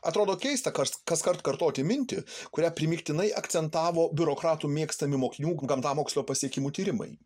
atrodo keista kas kaskart kartoti mintį kurią primygtinai akcentavo biurokratų mėgstami mokinių gamtamokslio pasiekimų tyrimai